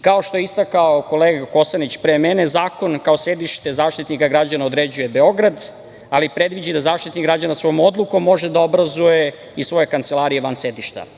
Kao što je istakao kolege Kosanić pre mene, zakon kao sedište Zaštitnika građana određuje Beograd, ali predviđa i da Zaštitnik građana svojom odlukom može da obrazuje i svoje kancelarije van